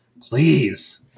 please